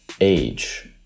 age